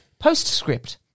Postscript